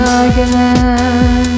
again